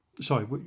sorry